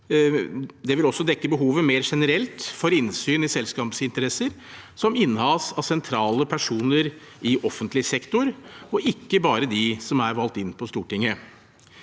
Det vil også dekke behovet mer generelt for innsyn i selskapsinteresser som innehas av sentrale personer i offentlig sektor, ikke bare dem som er valgt inn på Stortinget.